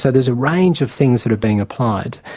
so there's a range of things that are being applied.